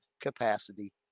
capacity